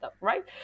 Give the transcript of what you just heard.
Right